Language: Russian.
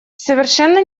совершенно